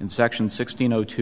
in section sixteen zero two